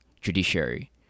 judiciary